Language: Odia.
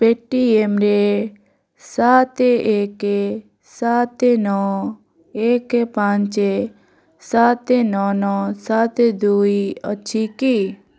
ପେଟିଏମ୍ରେ ସାତ ଏକ ସାତ ନଅ ଏକ ପାଞ୍ଚ ସାତ ନଅ ନଅ ସାତ ଦୁଇ ଅଛି କି